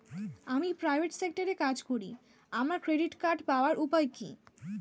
আমি প্রাইভেট সেক্টরে কাজ করি আমার ক্রেডিট কার্ড পাওয়ার উপায় কি?